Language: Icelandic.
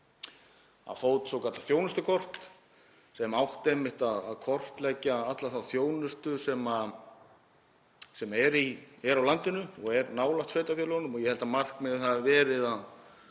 á fót svokallað þjónustukort þar sem átti einmitt að kortleggja alla þá þjónustu sem er veitt á landinu og er nálægt sveitarfélögunum og ég held að markmiðið hafi verið að